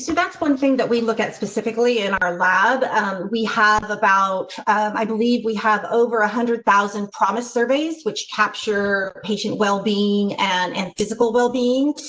so that's one thing that we look at specifically in our lab we have about i believe we have over one ah hundred thousand promise surveys, which capture patient wellbeing and and physical well being.